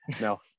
No